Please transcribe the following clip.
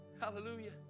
Hallelujah